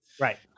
right